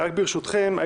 ברשותכם,